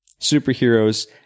superheroes